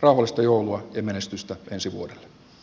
rauhallista joulua ja menestystä ensi vuodelle